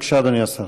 בבקשה, אדוני השר.